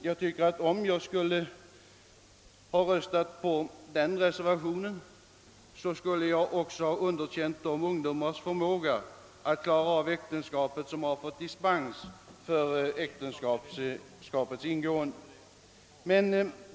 Jag tycker också att den som röstar för den reservationen har underkänt de ungdomars förmåga att klara av äktenskapet som fått dispens för dess ingående.